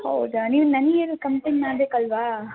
ಹೌದಾ ನೀವು ನನಗೇನು ಕಂಪ್ಲೇಂಟ್ ಮಾಡಬೇಕಲ್ವಾ